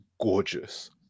gorgeous